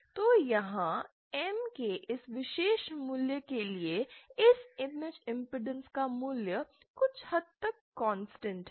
तो यहाँ M के इस विशेष मूल्य के लिए इस इमेज इमपेडेंस का मूल्य कुछ हद तक कॉन्स्टेंट है